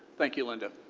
thank you, linda.